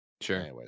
Sure